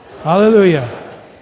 Hallelujah